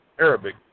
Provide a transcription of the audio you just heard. Arabic